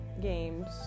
games